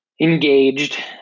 engaged